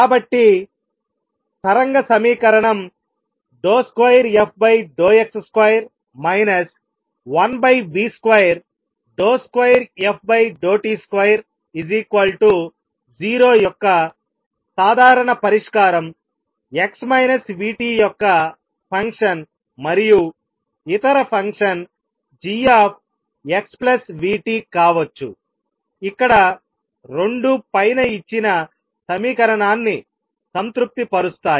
కాబట్టి తరంగ సమీకరణం 2fx2 1v22ft20 యొక్క సాధారణ పరిష్కారం x v t యొక్క ఫంక్షన్ మరియు ఇతర ఫంక్షన్ gx v t కావచ్చు ఇక్కడ రెండూ పైన ఇచ్చిన సమీకరణాన్ని సంతృప్తిపరుస్తాయి